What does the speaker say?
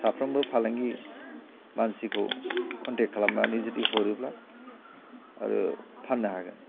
साफ्रोमबो फालांगि मानसिखौ कन्टेक्ट खालामनानै जुदि हरोब्ला आरो फाननो हागोन